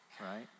right